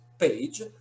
page